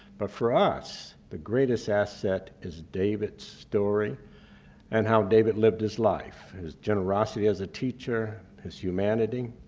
but for us, the greatest asset is david's story and how david lived his life. his generosity as a teacher, his humanity,